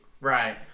right